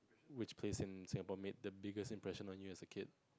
which place in Singapore made the biggest impression on you as a kid